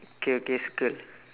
okay okay circle